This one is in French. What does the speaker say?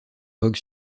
vogue